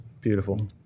Beautiful